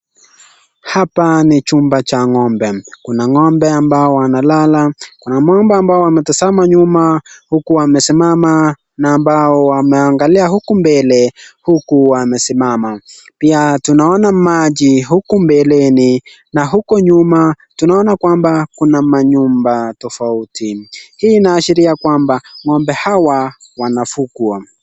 Hapa ni chumba cha ng'ombe. Kuna ng'ombe ambao wanalala kuna ng'ombe ambao wanatazama nyuma huku wamesimama na ambao wanaangalia huku mbele huku wamesimama. Pia tunaona maji huku mbeleni, na huko nyuma tunaona kwamba kuna manyumba tofauti. Hii inaashiria kwamba ng'ombe hawa wanafugwa.